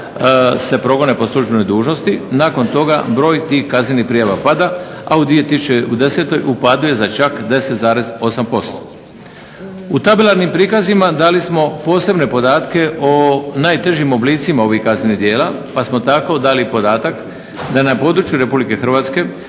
se progone po službenoj dužnosti nakon tog broj tih kaznenih prijava pada, a u 2010. u padu je za čak 10,8%. U tabelarnim prikazima dali smo posebne podatke o najtežim oblicima ovih kaznenih djela pa samo tako dali podatak na području Republike Hrvatske